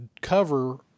cover